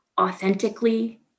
authentically